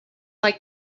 like